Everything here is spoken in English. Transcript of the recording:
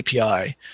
API